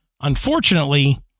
Unfortunately